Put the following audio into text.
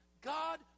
God